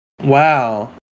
Wow